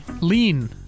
lean